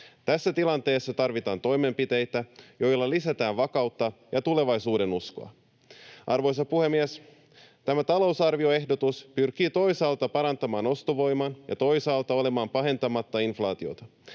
Tässä tilanteessa tarvitaan toimenpiteitä, joilla lisätään vakautta ja tulevaisuudenuskoa. Arvoisa puhemies! Tämä talousarvioehdotus pyrkii toisaalta parantamaan ostovoimaa ja toisaalta olemaan pahentamatta inflaatiota.